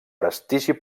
prestigi